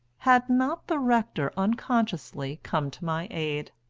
had not the rector unconsciously come to my aid.